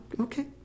okay